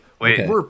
Wait